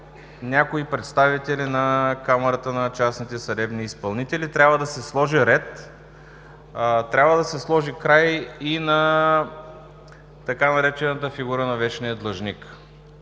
някои представители на Камарата на частните съдебни изпълнители. Трябва да се сложи ред. Трябва да се сложи край и на така наречената „фигура на вечния длъжник“.